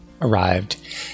arrived